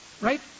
Right